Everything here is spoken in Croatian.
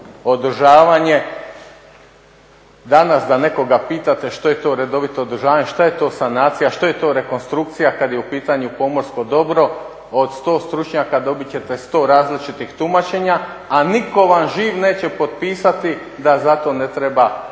Danas da nekoga pitate što je redovito održavanje, što je to sanacija, što je to rekonstrukcija kad je u pitanju pomorsko dobro. Od 100 stručnjaka dobit ćete 100 različitih tumačenja a nitko vam živ neće potpisati da za to ne treba sve